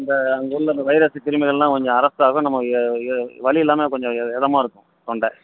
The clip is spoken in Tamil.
இந்த அங்கே உள்ளே அந்த வைரஸ் கிருமிகளெலாம் கொஞ்சம் அரெஸ்ட் ஆகும் நம்ம வழி இல்லாமல் கொஞ்சம் இதமாக இருக்கும் தொண்ட